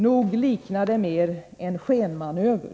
Nog liknar det mer en skenmanöver.